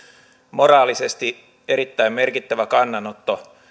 moraalisesti erittäin merkittävä kannanotto